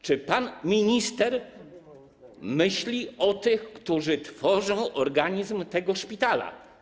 Czy pan minister myśli o tych, którzy tworzą organizm tego szpitala?